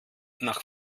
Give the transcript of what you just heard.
nach